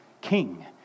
King